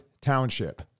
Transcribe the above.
Township